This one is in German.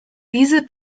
diese